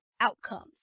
outcomes